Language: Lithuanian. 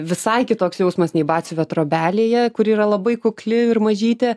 visai kitoks jausmas nei batsiuvio trobelėje kuri yra labai kukli ir mažytė